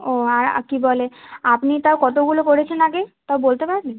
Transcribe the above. ও আর আর কী বলে আপনি তাও কতগুলো করেছেন আগে তাও বলতে পারবেন